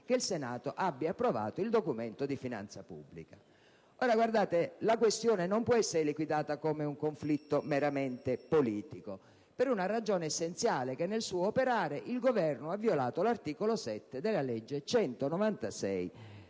che il Senato abbia approvato la Decisione di finanza pubblica. La questione non può essere liquidata come un conflitto meramente politico, per una ragione essenziale, vale a dire che nel suo operare il Governo ha violato l'articolo 7 della legge n.